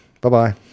Bye-bye